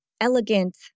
elegant